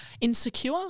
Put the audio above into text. insecure